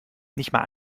nichtmal